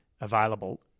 available